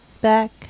back